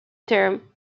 terms